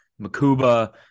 Makuba